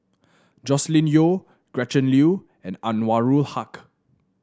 Joscelin Yeo Gretchen Liu and Anwarul Haque